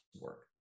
work